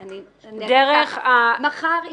מחר,